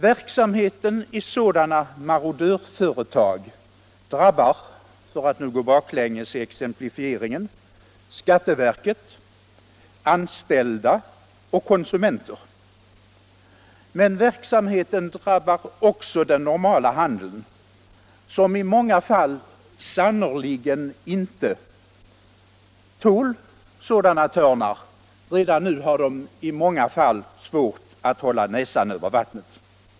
Verksamheten i sådana marodörföretag drabbar — för att gå baklänges i exemplifieringen — skatteverket, anställda och konsumenter. Men verksamheten drabbar också den normala handeln, som i många fall sannerligen inte tål sådana törnar. Redan nu har man i många fall svårt att hålla näsan över vattnet.